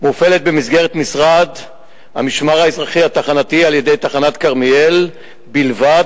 מופעלת במסגרת משרד המשמר האזרחי התחנתי על-ידי תחנת כרמיאל בלבד,